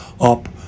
up